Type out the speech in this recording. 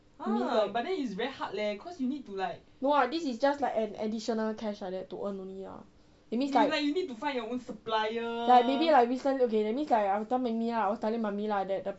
no lah this is like just an additional cash like that to earn only lah that means like maybe like recently okay that means like ultimately lah I was telling mummy that the